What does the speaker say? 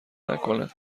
نکنه